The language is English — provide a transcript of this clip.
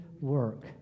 work